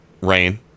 rain